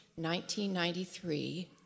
1993